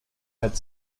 had